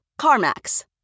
CarMax